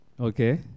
Okay